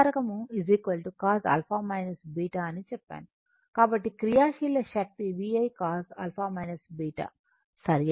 ఇప్పుడు శక్తి కారకం cos α β అని చెప్పాను కాబట్టి క్రియాశీల శక్తి VI cos α β సరైనది